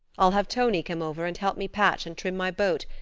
i'll have tonie come over and help me patch and trim my boat.